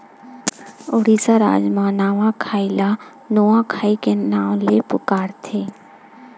उड़ीसा राज म नवाखाई ल नुआखाई के नाव ले पुकारथे